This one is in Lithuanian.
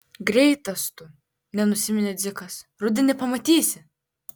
greitas tu nenusiminė dzikas rudenį pamatysi